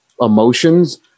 emotions